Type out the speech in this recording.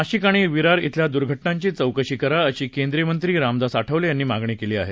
नाशिक आणि विरार खिल्या दुर्घटनांची चौकशी करा अशी केंद्रीय मंत्री रामदास आठवले यांनी मागणी केली आहे